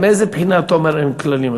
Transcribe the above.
מאיזה בחינה אתה אומר "אין כללים"?